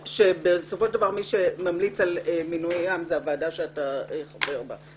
שבסופו של דבר מי שממליץ על מינויים זה הוועדה שאתה חבר בה,